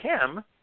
Kim